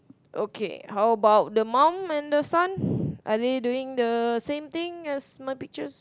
okay how about the mum and the son are they doing the same thing as my pictures